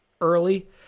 early